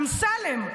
אמסלם,